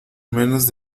menos